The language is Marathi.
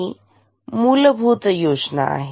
ही मूलभूत योजना आहे